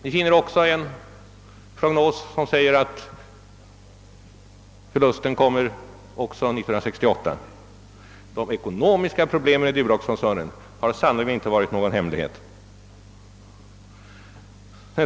Ni finner också en prognos som förutser en förlust också för 1968. De ekonomiska problemen i Duroxkoncernen har sannerligen inte varit någon hemlighet.